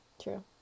True